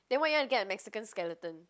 then why you want to get a Mexican skeleton